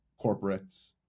corporates